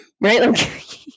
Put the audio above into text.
Right